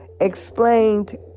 explained